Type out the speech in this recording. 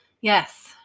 Yes